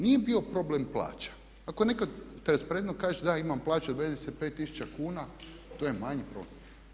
Nije bio problem plaća, ako netko transparentno kaže da imam plaću 25 tisuća kuna to je manji problem.